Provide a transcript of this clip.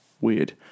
Weird